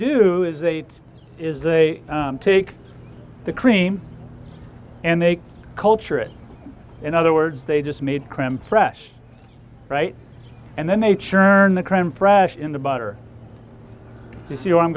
do is a is a take the cream and they culture it in other words they just made crim fresh right and then they churn the crim fresh in the butter you see oh i'm